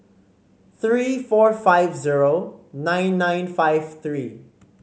three four five zero nine nine five three